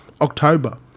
October